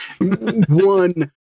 One